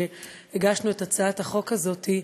שהגשנו את הצעת החוק הזאת,